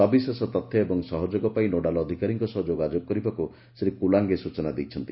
ସବିଶେଷ ତଥ୍ୟ ଏବଂ ସହଯୋଗ ପାଇଁ ନୋଡାଲ ଅଧିକାରୀଙ୍କ ସହ ଯୋଗାଯୋଗ କରିବାକୁ ଶ୍ରୀ କୁଲାଙେ ସୂଚନା ଦେଇଛନ୍ତି